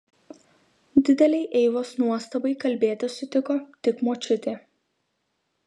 didelei eivos nuostabai kalbėti sutiko tik močiutė